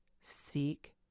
Seek